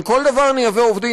על כל דבר נייבא עובדים?